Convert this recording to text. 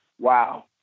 Wow